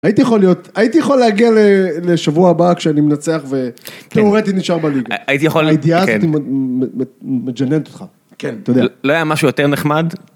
הייתי יכול להיות הייתי יכול להגיע לשבוע הבא כשאני מנצח ותיאורטי נשאר בליגה. הייתי יכול... הייתי עשיתי מג'ננט אותך. כן, לא היה משהו יותר נחמד?